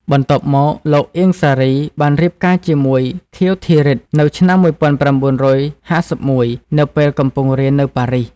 បន្ទាប់មក លោក អៀង សារី បានរៀបការជាមួយ ខៀវ ធីរិទ្ធិ នៅឆ្នាំ១៩៥១ នៅពេលកំពុងរៀននៅប៉ារីស។